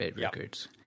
records